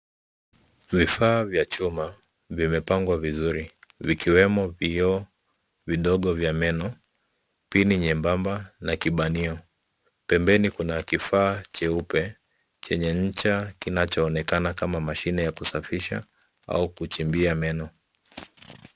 Vifaa vya chuma, vimepangwa vizuri, vikiwemo vioo vidogo vya meno, pini nyebamba na kibanio. Pembeni kuna kifaa cheupe, chenye ncha kinachoonekana kama mashine ya kusafisha au kuchimbia meno.